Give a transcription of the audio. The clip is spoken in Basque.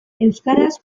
euskaraz